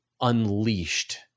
unleashed